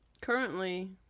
currently